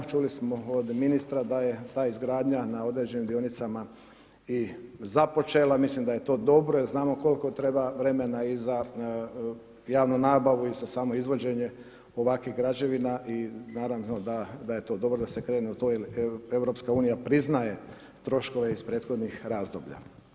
Čuli smo od ministra da je ta izgradnja na određenim dionicama i započela, mislim da je to dobro jer znamo koliko treba vremena i za javnu nabavu i za samo izvođenje ovakvih građevina i naravno da je to dobro da se krene u to jer EU priznaje troškove iz prethodnih razdoblja.